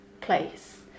place